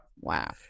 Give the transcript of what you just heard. Wow